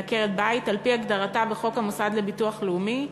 עקרת-בית על-פי הגדרתה בחוק המוסד לביטוח לאומי,